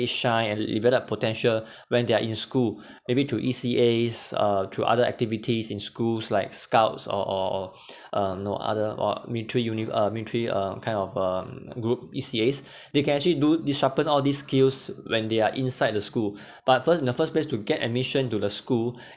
is shy and develop potential when they are in school maybe through E_C_As uh through other activities in schools like scouts or or or um know other or military unit uh military uh kind of um group E_C_As they can actually do they sharpen all these skills when they are inside the school but first in the first place to get admission into the school